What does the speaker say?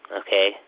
okay